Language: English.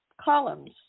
columns